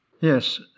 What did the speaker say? Yes